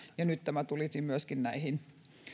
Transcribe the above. ja nyt tämä tulisi myöskin näihin